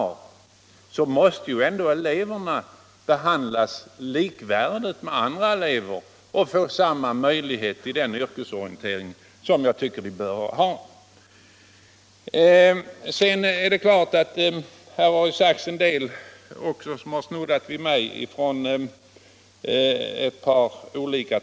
Deras elever måste ju ändå Skolans inre arbete behandlas likvärdigt med andra elever och få samma möjlighet till den — m.m. yrkesorientering som de bör ha. Ett par talare har kritiserat mig i sina anföranden.